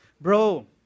Bro